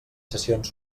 sessions